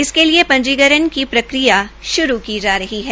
इसके लिये पंजीकरण की प्रक्रिया श्रू का रही है